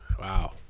Wow